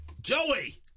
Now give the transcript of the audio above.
Joey